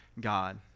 God